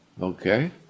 Okay